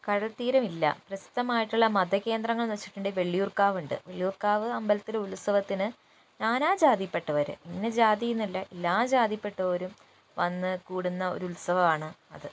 കടൽത്തീരമില്ല പ്രശസ്തമായിട്ടുള്ള മതകേന്ദ്രങ്ങളെന്നു വച്ചിട്ടുണ്ടെങ്കിൽ വള്ളിയൂർക്കാവുണ്ട് വള്ളിയൂർക്കാവ് അമ്പലത്തിൽ ഉത്സവത്തിന് നാനാ ജാതിയിൽപ്പെട്ടവർ ഇന്ന ജാതിയെന്നില്ല എല്ലാ ജാതിയിൽപ്പെട്ടവരും വന്നു കൂടുന്ന ഒരു ഉത്സവമാണ് അത്